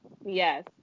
Yes